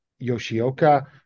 Yoshioka